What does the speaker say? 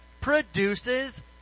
produces